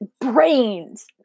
Brains